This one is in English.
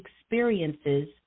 experiences